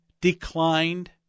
declined